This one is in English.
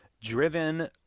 driven